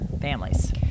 families